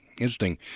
Interesting